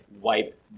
wipe